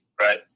Right